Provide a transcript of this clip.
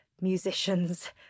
musicians